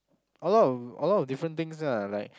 a lot of a lot of different things ah like